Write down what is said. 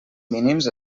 mínims